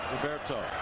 Roberto